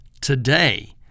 today